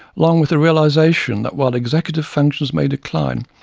along with a realization that while executive functions may decline,